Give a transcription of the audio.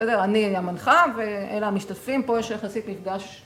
אני המנחה ואלה המשתתפים. פה יש יחסית מפגש